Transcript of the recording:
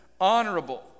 honorable